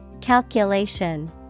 Calculation